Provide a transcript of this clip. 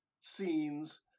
scenes